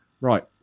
right